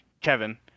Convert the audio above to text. Kevin